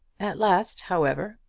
at last, however,